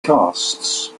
casts